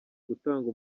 gutanga